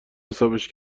حسابش